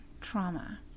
trauma